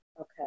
Okay